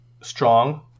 strong